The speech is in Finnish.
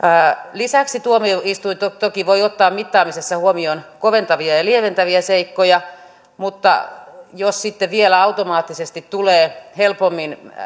lisäksi tuomioistuin toki voi ottaa mittaamisessa huomioon koventavia ja lieventäviä seikkoja mutta jos sitten vielä tulee helpommin